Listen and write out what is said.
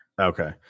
Okay